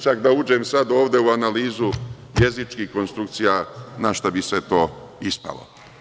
Čak da uđem sada u analizu jezičkih konstrukcija, na šta bi sve to ispalo.